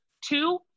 two